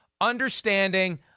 understanding